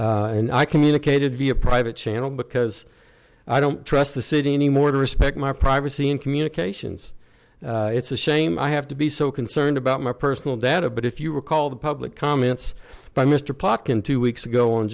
counselors and i communicated via private channel because i don't trust the city anymore to respect my privacy in communications it's a shame i have to be so concerned about my personal data but if you recall the public comments by mr park in two weeks ago on